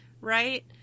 right